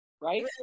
right